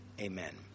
Amen